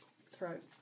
throat